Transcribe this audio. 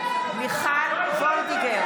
מיכל וולדיגר,